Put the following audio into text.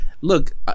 look